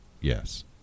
Yes